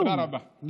תודה רבה.